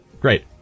Great